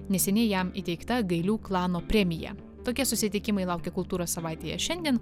neseniai jam įteikta gailių klano premija tokie susitikimai laukia kultūros savaitėje šiandien